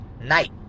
night